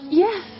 yes